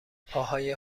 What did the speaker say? پاهای